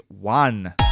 one